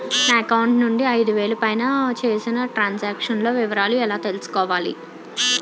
నా అకౌంట్ నుండి ఐదు వేలు పైన చేసిన త్రం సాంక్షన్ లో వివరాలు ఎలా తెలుసుకోవాలి?